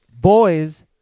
boys